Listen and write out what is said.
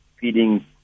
feeding